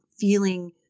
feeling